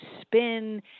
spin